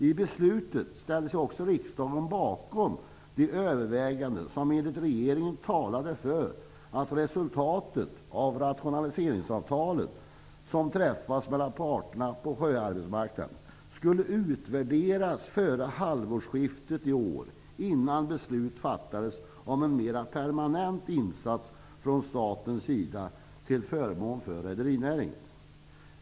I beslutet ställde sig också riksdagen bakom de överväganden som enligt regeringen talade för att resultatet av rationaliseringsavtalet, som träffades mellan parterna på sjöarbetsmarknaden, skulle utvärderas före halvårsskiftet i år, innan beslut fattades om en mera permanent insats från statens sida till förmån för rederinäringen.